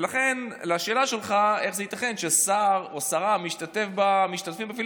ולכן לשאלה שלך איך זה ייתכן ששר או שרה משתתפים בפיליבסטר,